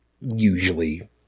usually